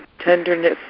tenderness